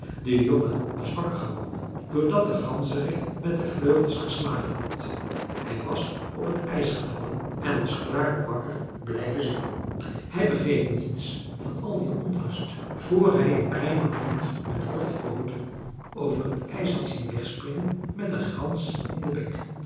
de jongen was wakker geworden doordat de ganzerik met de vleugels geslagen had hij was op t ijs gevallen en was klaar wakker blijven zitten hij begreep niets van al die onrust vr hij een kleinen hond met korte pooten over t ijs had zien wegspringen met een gans in den bek